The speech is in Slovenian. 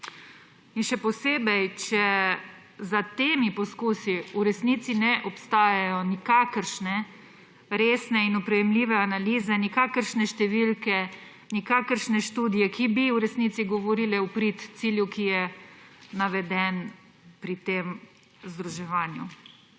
še posebej, če za temi poskusi v resnici ne obstajajo nikakršne resne in oprijemljive analize, nikakršne številke, nikakršne študije, ki bi v resnici govorile v prid cilju, ki je naveden pri tem združevanju.